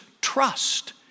trust